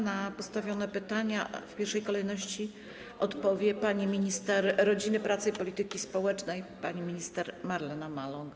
Na postawione pytania w pierwszej kolejności odpowie minister rodziny, pracy i polityki społecznej pani Marlena Maląg.